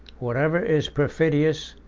whatever is perfidious,